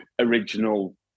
original